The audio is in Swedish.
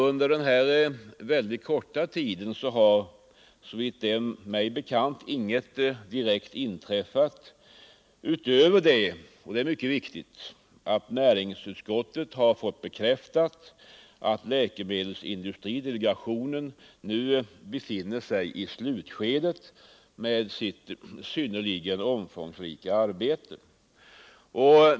Under den korta tiden har, såvitt jag har mig bekant, ingenting nytt inträffat utom att — och det är viktigt — näringsutskottet har fått bekräftat att läkemedelsindustridelegationen nu befinner sig i slutskedet av sitt synnerligen omfångsrika arbete.